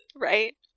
Right